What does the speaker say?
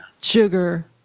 sugar